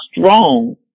strong